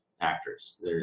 actors